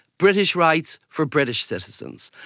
british rights for british citizens.